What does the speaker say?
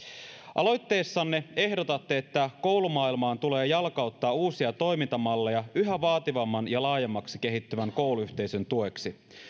aloitteessanne ehdotatte että koulumaailmaan tulee jalkauttaa uusia toimintamalleja yhä vaativamman ja laajemmaksi kehittyvän kouluyhteisön tueksi